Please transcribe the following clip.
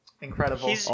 Incredible